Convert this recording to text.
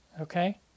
Okay